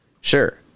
Sure